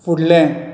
फुडलें